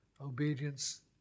obedience